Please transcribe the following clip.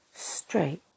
Straight